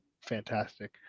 fantastic